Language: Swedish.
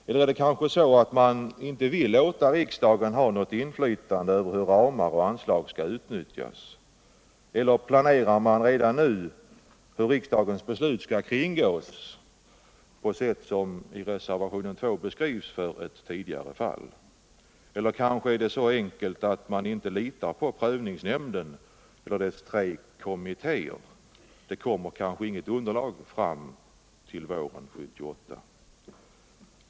Eller är det kanske så att man inte vill låta riksdagen ha något inflytande över hur ramar och anslag skall justeras? Eller planerar man redan nu hur riksdagens beslut skall kringgås på ett sätt som i reservationen 2 belyses med en beskrivning av ett tidigare fall? Eller kanske det är så enkelt att man inte litar på prövningsnämnden och dess tre kommittéer. Det kommer kanske inget underlag fram under våren 1978.